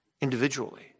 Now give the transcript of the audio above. individually